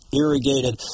irrigated